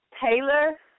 Taylor